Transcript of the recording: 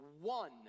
one